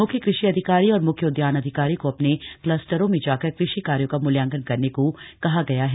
मुख्य कृषि अधिकारी और मुख्य उद्यान अधिकारी को अपने क्लस्टरों में जाकर कृषि कार्यों का मूल्यांकन करने को कहा गया है